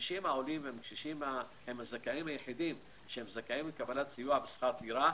הקשישים העולים הם הזכאים היחידים שהם זכאים לקבלת סיוע בשכר דירה,